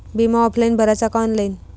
बिमा ऑफलाईन भराचा का ऑनलाईन?